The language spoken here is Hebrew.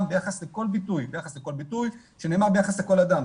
ביחס לכל ביטוי שנאמר ביחס לכל אדם.